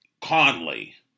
Conley